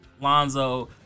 Lonzo